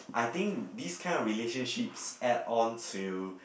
I think these kind of relationships add on to